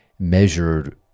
measured